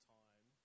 time